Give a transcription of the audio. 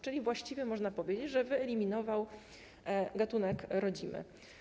Czyli właściwie można powiedzieć, że wyeliminował gatunek rodzimy.